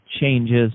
changes